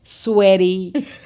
Sweaty